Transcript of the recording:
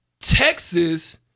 Texas